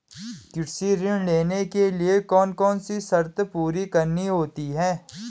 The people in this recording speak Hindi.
कृषि ऋण लेने के लिए कौन कौन सी शर्तें पूरी करनी होती हैं?